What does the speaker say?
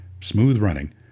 smooth-running